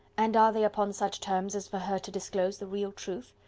and are they upon such terms as for her to disclose the real truth?